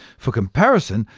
for comparison,